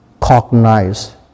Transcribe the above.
cognize